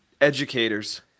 educators